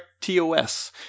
TOS